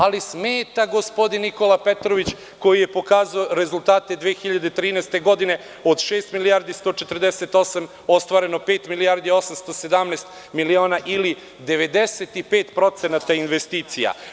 Ali, smeta gospodin Nikola Petrović koji je pokazao rezultate 2013. godine i od šest milijardi 148 miliona ostvarenog pet milijardi 817 miliona ili 95% investicija.